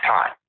time